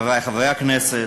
חברי חברי הכנסת,